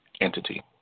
entity